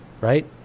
Right